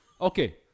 Okay